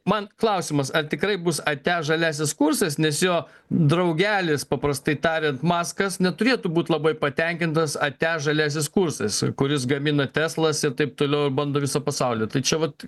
man klausimas ar tikrai bus ate žaliasis kursas nes jo draugelis paprastai tarian maskas neturėtų būt labai patenkintas ate žaliasis kursas kuris gamina teslas ir taip toliau ir bando visą pasaulį tai čia vat